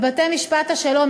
בבתי-משפט השלום,